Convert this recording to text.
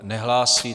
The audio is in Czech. Nehlásí.